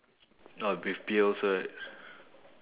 oh with beer also right